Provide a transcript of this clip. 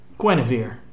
Guinevere